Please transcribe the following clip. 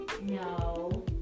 No